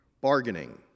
bargaining